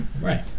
Right